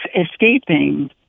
escaping